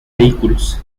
vehículos